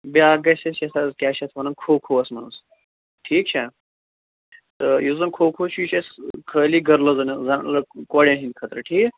بیٛاکھ گژھِ أسۍ یَتھ حظ کیٛاہ چھِ اَتھ وَنَان کھو کھوَس منٛز ٹھیٖک چھا تہٕ یُس زَن کھو کھو چھُ یہِ چھِ اَسہِ خٲلی گرلٕزَن زَن کوڑٮ۪ن ہِنٛدِ خٲطرٕ ٹھیٖک